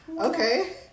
okay